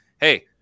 Hey